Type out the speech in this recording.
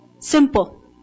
Simple